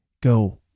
go